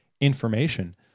information